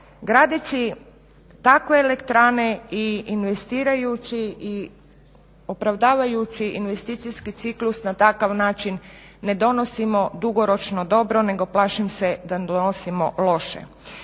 gadeći takve elektrane i investirajući i opravdavajući investicijski ciklus na takav način ne donosimo dugoročno dobro nego plašim se da donosimo loše.